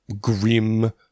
grim